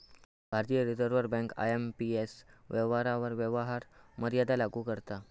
भारतीय reserve bank IMPS व्यवहारांवर व्यवहार मर्यादा लागू करता